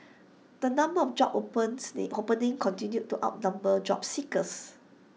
the number of job openings continued to outnumber job seekers